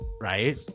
right